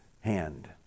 hand